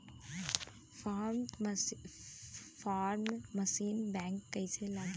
Form machine bank कईसे लागी?